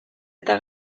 eta